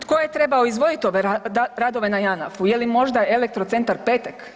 Tko je trebao izdvojiti ove radove na Janafu, je li možda Elektro centar Petek?